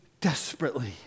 Desperately